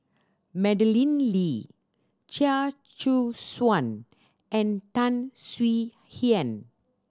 Madeleine Lee Chia Choo Suan and Tan Swie Hian